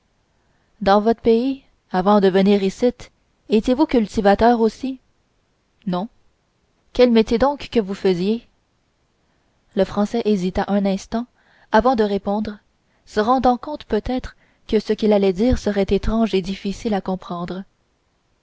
dans votre pays avant de venir icitte étiez-vous cultivateur aussi non quel métier donc que vous faisiez le français hésita un instant avant de répondre se rendant compte peut-être que ce qu'il allait dire serait étrange et difficile à comprendre